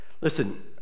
listen